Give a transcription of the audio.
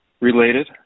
related